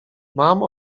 mam